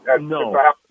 No